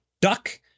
duck